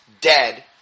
dead